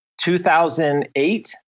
2008